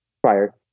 prior